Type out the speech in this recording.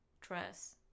Dress